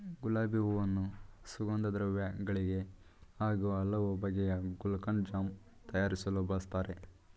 ಗುಲಾಬಿ ಹೂವನ್ನು ಸುಗಂಧದ್ರವ್ಯ ಗಳಿಗೆ ಹಾಗೂ ಹಲವು ಬಗೆಯ ಗುಲ್ಕನ್, ಜಾಮ್ ತಯಾರಿಸಲು ಬಳ್ಸತ್ತರೆ